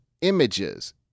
images